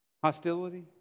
Hostility